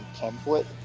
template